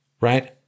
right